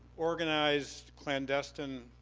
organized, clandestine